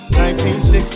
1960